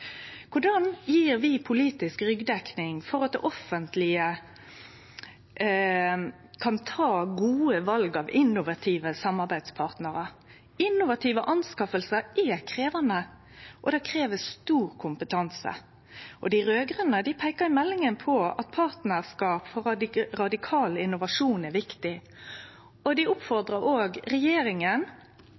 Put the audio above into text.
Korleis gjev vi politisk ryggdekning for at det offentlege kan ta gode val av innovative samarbeidspartnarar? Innovative innkjøp er krevjande og krev stor kompetanse. Dei raud-grøne peikar i innstillinga på at partnarskap for radikal innovasjon er viktig. Dei oppfordrar